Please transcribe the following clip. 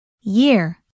year